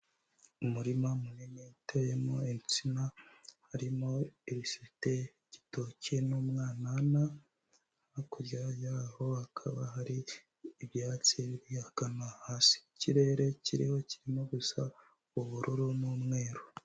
Umurima munini uteyemo insina, harimo ifite igitoki n'umwanana, hakurya yaho hakaba hari ibyatsi biri ahagana hasi, ikirere kiriho kirimo gusa ubururu n'umweru.